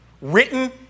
Written